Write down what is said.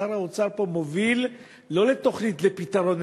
שר האוצר פה מוביל לא לתוכנית לפתרון,